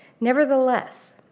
Nevertheless